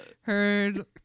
Heard